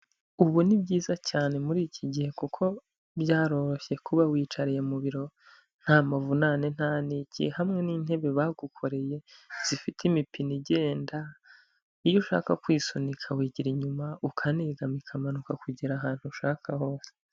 Ubu ni byiza cyane muri iki gihe kuko byaroroshye kuba wicariye mu biro, nta mavunane nta neke hamwe n'intebe bagukoreye zifite imipine igenda, iyo ushaka kwisunika wigira inyuma ukaniga ikamanuka kugera ahantu ushaka hose.